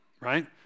right